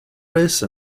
race